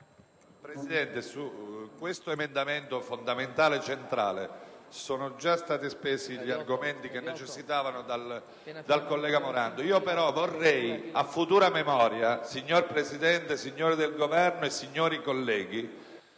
Presidente, sull'emendamento 3.5000, che è fondamentale e centrale, sono già stati spesi gli argomenti che necessitavano dal collega Morando. Però a futura memoria, signor Presidente, signori del Governo e signori colleghi,